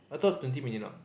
I thought twenty minutes now